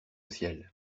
ciel